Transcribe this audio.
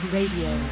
Radio